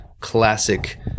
classic